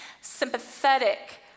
sympathetic